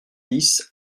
dix